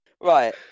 Right